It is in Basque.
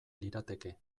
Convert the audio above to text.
lirateke